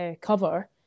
cover